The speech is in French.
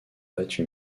battu